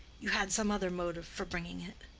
you had some other motive for bringing it.